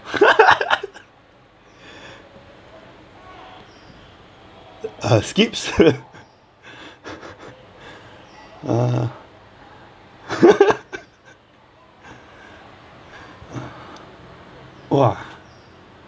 uh skip !wah!